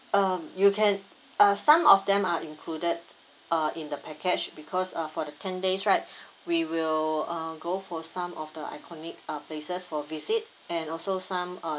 uh you can uh some of them are included uh in the package because uh for the ten days right we will uh go for some of the iconic uh places for visit and also some uh